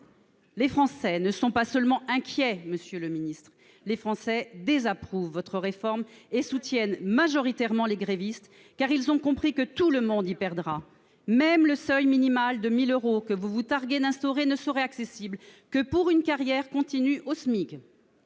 Les Français ne sont pas seulement inquiets, monsieur le ministre ; ils désapprouvent votre réforme et soutiennent majoritairement les grévistes, car ils ont compris que tout le monde y perdra. Même le seuil minimal de 1 000 euros que vous vous targuez d'instaurer ne serait accessible que pour une carrière continue au SMIC.